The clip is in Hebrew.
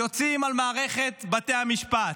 יוצאים על מערכת בתי המשפט.